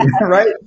right